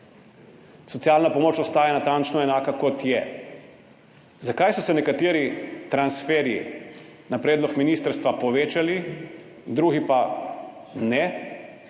socialna pomoč ostaja natančno enaka, kot je. Zakaj so se nekateri transferji na predlog ministrstva povečali, drugi pa ne,